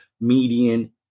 median